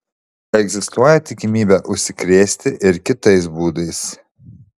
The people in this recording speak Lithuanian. egzistuoja tikimybė užsikrėsti ir kitais būdais